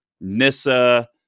Nissa